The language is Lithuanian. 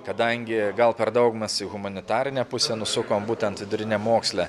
kadangi gal per daug mes į humanitarinę pusę nusukom būtent viduriniam moksle